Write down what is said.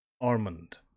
Armand